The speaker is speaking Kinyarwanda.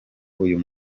uyu